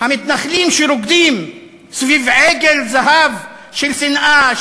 המתנחלים שרוקדים סביב עגל זהב של שנאה,